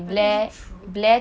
tapi is it true